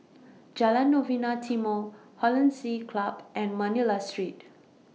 Jalan Novena Timor Hollandse Club and Manila Street